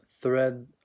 thread